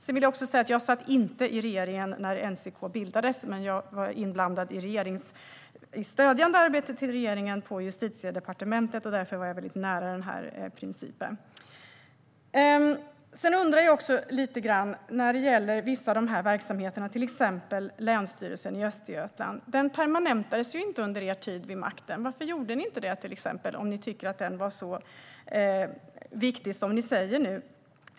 Jag vill även säga att jag inte satt i regeringen när NCK bildades, men jag var inblandad i det stödjande arbetet till regeringen och Justitiedepartementet. Därför var jag nära denna princip. Vidare undrar jag lite om några av dessa verksamheter, till exempel Länsstyrelsen i Östergötland. Den permanentades ju inte under er tid vid makten. Varför gjorde ni inte det, om ni tycker att den är så viktig som ni nu säger?